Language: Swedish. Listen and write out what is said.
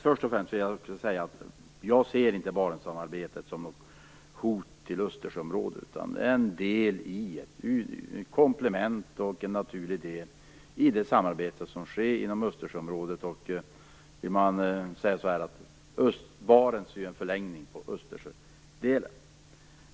Först och främst vill jag säga att jag inte ser Barentssamarbetet som något hot mot Östersjörådet, utan det är ett komplement till och en naturlig del i det samarbete som sker inom Östersjöområdet. Vi kan säga att Barents är en förlängning på Östersjödelen.